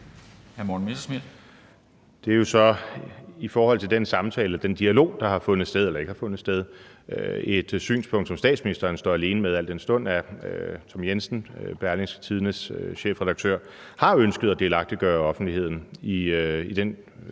Det er jo så i forhold til den samtale eller den dialog, der har fundet sted eller ikke har fundet sted, et synspunkt, som statsministeren står alene med, al den stund at Tom Jensen, Berlingskes chefredaktør, har ønsket at delagtiggøre offentligheden i den